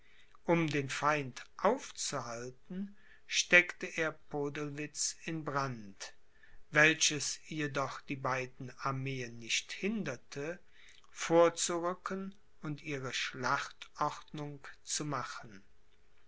um den feind aufzuhalten steckte er podelwitz in brand welches jedoch die beiden armeen nicht hinderte vorzurücken und ihre schlachtordnung zu machen